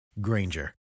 Granger